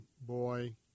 boy